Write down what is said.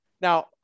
now